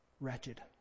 wretched